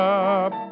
up